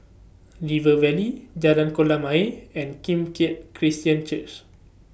River Valley Jalan Kolam Ayer and Kim Keat Christian Church